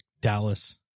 Dallas